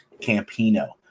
Campino